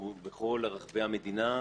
הוא בכל רחבי המדינה,